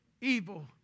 evil